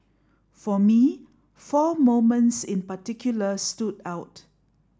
for me four moments in particular stood out